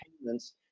payments